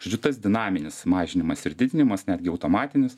žodžiu tas dinaminis mažinimas ir didinimas netgi automatinis